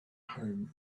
home